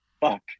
Fuck